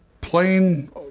plain